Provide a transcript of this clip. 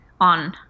on